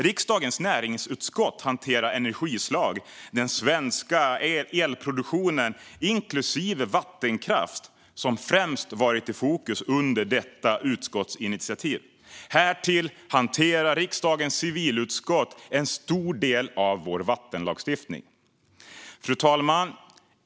Riksdagens näringsutskott hanterar Sveriges elproduktion och energislag, inklusive vattenkraft, som främst varit i fokus i detta utskottsinitiativ. Därtill hanterar riksdagens civilutskott en stor del av vår vattenlagstiftning. Fru talman!